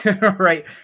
Right